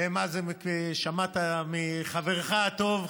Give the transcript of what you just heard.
שמעת מחברך הטוב,